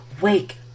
Wake